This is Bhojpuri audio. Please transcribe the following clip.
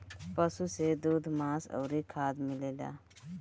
पशु से दूध, मांस अउरी खाद मिलेला